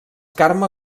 carme